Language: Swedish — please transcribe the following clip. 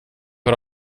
har